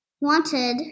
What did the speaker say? wanted